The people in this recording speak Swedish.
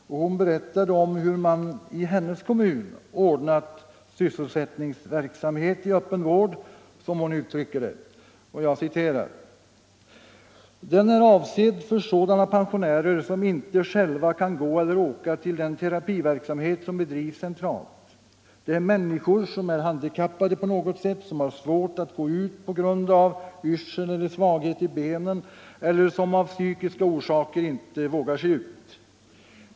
Hon berättade hur man i hennes kommun hade ordnat sysselsättningsverksamhet i öppen vård, som hon uttrycker det: ”Den är avsedd för sådana pensionärer som inte själva kan gå eller åka till den terapiverksamhet som bedrivs centralt. Det är människor som är handikappade på något sätt, som har svårt att gå ut på grund av yrsel eller svaghet i benen eller som av psykiska orsaker inte vågar sig ut.